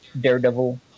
Daredevil